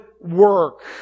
work